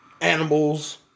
animals